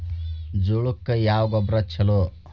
ಜೋಳಕ್ಕ ಯಾವ ಗೊಬ್ಬರ ಛಲೋ?